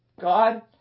God